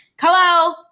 hello